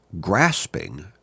grasping